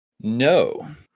No